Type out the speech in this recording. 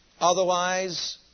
Otherwise